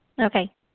Okay